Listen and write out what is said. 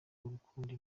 urukundo